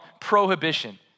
prohibition